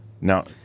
Now